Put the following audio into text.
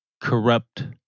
corrupt